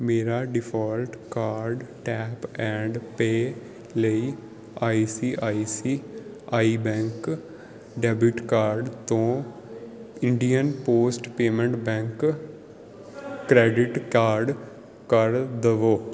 ਮੇਰਾ default card tap and pay ਲਈ I C I C I bank debit card ਤੋਂ Indian post payment bank credit card ਕਰ ਦਵੋ